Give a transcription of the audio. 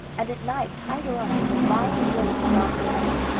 and at night tied her up with a vile rope round her neck.